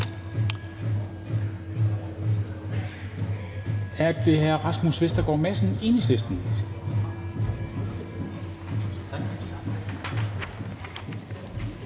er det hr. Rasmus Vestergaard Madsen, Enhedslisten.